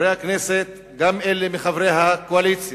חברי הכנסת, גם אלה מבין חברי הקואליציה